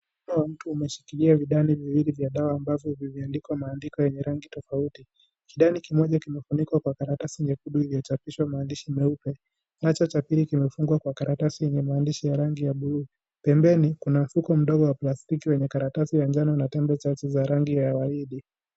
Mkono wa mtu umeshikilia vidani viwili vya dawa ambavyo vimeandikwa maandiko yenye rangi tofauti. Kidani kimoja kimefunikwa kwa karatasi nyekundu na kimechapishwa maandishi meupe, nacho cha pili kimefungwa kwa karatasi yenye maandishi ya rangi ya buluu. Pembeni kuna mfuko mdogo wa plastiki wenye karatasi manjano na tembe za rangi ya waridi.